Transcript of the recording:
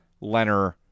Leonard